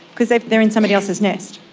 because they they are in somebody else's nest.